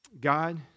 God